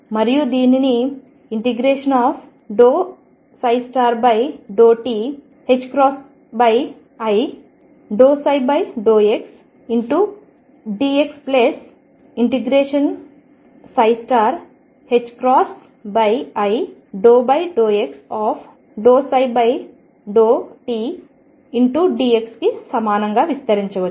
మరియు దీనిని ∂ψ∂ti ∂ψ∂xdx∫i∂x ∂ψ∂tdx కి సమానంగా విస్తరించవచ్చు